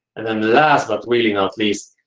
and then last but really not least,